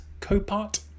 Copart